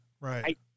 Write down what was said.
right